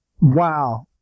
Wow